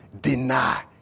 deny